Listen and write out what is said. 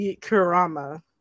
Kurama